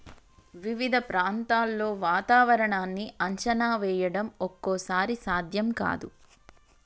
వివిధ ప్రాంతాల్లో వాతావరణాన్ని అంచనా వేయడం ఒక్కోసారి సాధ్యం కాదు